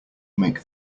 make